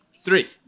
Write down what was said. Three